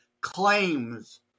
claims